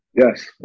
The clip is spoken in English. Yes